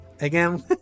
again